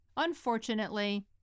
Unfortunately